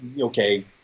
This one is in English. okay